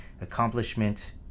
accomplishment